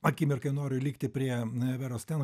akimirkai noriu likti prie veros stneho